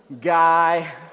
guy